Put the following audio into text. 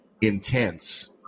intense